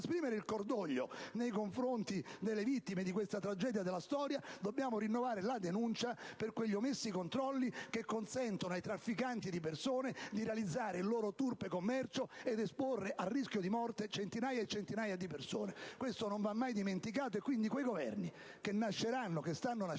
nell'esprimere il cordoglio nei confronti delle vittime di questa grande tragedia della storia dobbiamo rinnovare la denuncia per quegli omessi controlli che consentono ai trafficanti di persone di realizzare il loro turpe commercio ed esporre al rischio di morte centinaia e centinaia di persone. Questo non va mai dimenticato, per cui quei Governi che nasceranno e stanno nascendo